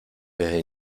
desde